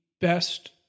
best